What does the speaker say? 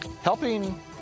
Helping